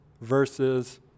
versus